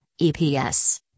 EPS